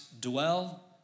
dwell